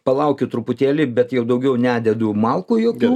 palaukiu truputėlį bet jau daugiau nededu malkų jokių